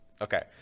Okay